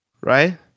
right